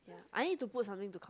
I need to put something to calm